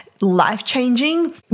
life-changing